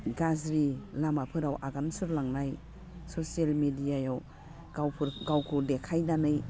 गाज्रि लामाफोराव आगान सुरलांनाय ससियेल मेडियायाव गावखौ देखायनानै